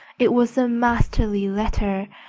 it was a masterly letter,